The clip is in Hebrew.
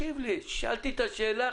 שאלתי את השאלה,